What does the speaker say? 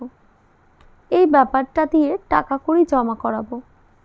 এই বেপারটা দিয়ে টাকা কড়ি জমা করাবো